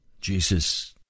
Jesus